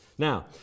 Now